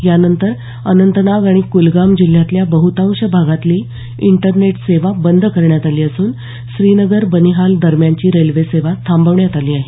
यानंतर अनंतनाग आणि कुलगाम जिल्ह्यातल्या बहुतांश भागातली इंटरनेट सेवा बंद करण्यात आली असून श्रीनगर बनिहाल दरम्यानची रेल्वेसेवा थांबवण्यात आली आहे